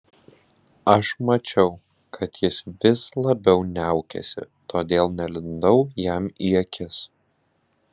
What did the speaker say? aš mačiau kad jis vis labiau niaukiasi todėl nelindau jam į akis